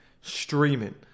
streaming